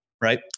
right